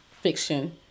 fiction